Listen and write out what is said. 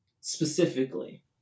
specifically